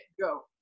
go